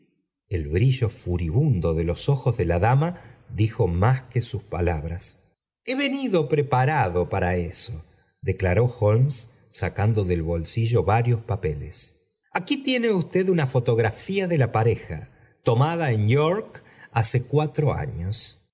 el brillo furibundo de los ojos de la dama dijo más que sus palabras he venido preparado para eso declaró holmes sacando del bolsillo varios pápelos aquí tiene usted una fotografía de la pareja tornada en york hace cuatro años